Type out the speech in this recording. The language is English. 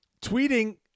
tweeting